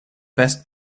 best